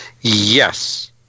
Yes